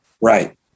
Right